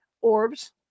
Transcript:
orbs